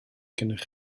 gennych